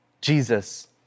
Jesus